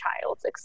child's